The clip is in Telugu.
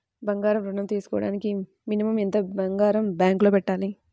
బంగారం ఋణం తీసుకోవడానికి మినిమం ఎంత బంగారం బ్యాంకులో పెట్టాలి?